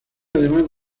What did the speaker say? además